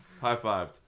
High-fived